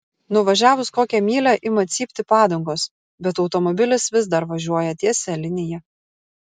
nuvažiavus kokią mylią ima cypti padangos bet automobilis vis dar važiuoja tiesia linija